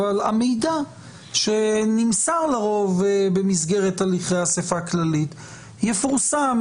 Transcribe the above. אבל המידע שנמסר לרוב במסגרת הליכי אספה כללית יפורסם